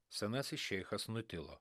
senasis šeichas nutilo